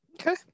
Okay